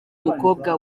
umukobwa